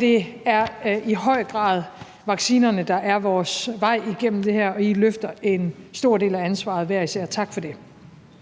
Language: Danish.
Det er i høj grad vaccinerne, der er vores vej igennem det her, og I løfter en stor del af ansvaret hver især. Tak for det.